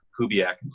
Kubiak